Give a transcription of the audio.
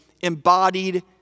embodied